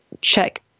check